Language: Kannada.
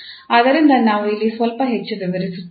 ಆದ್ದರಿಂದ ನಾನು ಇಲ್ಲಿ ಸ್ವಲ್ಪ ಹೆಚ್ಚು ವಿವರಿಸುತ್ತೇನೆ